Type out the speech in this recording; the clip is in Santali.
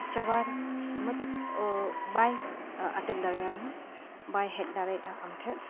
ᱪᱟᱵᱟ ᱢᱚᱛᱞᱚᱵᱽ ᱵᱟᱭ ᱟᱴᱚᱠ ᱫᱟᱲᱮᱭᱟᱢᱟ ᱵᱟᱭ ᱦᱮᱡᱽ ᱫᱟᱲᱮᱭᱟᱜᱼᱟ ᱟᱢ ᱴᱷᱮᱡᱽ